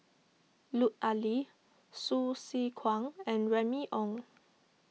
Lut Ali Hsu Tse Kwang and Remy Ong